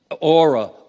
aura